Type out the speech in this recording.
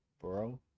bro